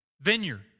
vineyard